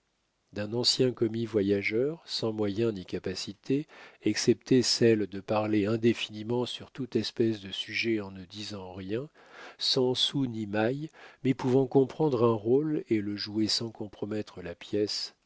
d'un ancien commis-voyageur sans moyens ni capacité excepté celle de parler indéfiniment sur toute espèce de sujet en ne disant rien sans sou ni maille mais pouvant comprendre un rôle et le jouer sans compromettre la pièce